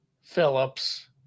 Phillips